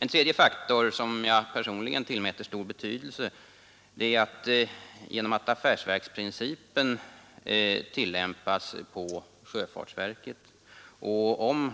En tredje faktor, som jag personligen tillmäter stor betydelse, är att affärsverksprincipen tillämpas på sjöfartsverket, och om